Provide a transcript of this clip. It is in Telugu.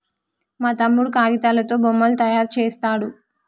మా తమ్ముడు కాగితాలతో బొమ్మలు తయారు చేస్తాడు